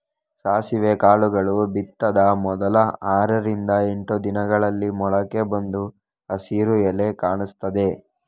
ಸಾಸಿವೆ ಕಾಳುಗಳು ಬಿತ್ತಿದ ಮೊದಲ ಆರರಿಂದ ಎಂಟು ದಿನಗಳಲ್ಲಿ ಮೊಳಕೆ ಬಂದು ಹಸಿರು ಎಲೆ ಕಾಣಿಸ್ತದೆ